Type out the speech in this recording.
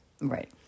Right